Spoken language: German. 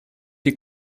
die